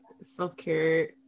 self-care